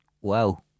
Wow